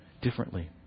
differently